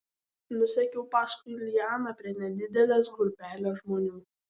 nusekiau paskui lianą prie nedidelės grupelės žmonių